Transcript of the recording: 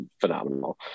phenomenal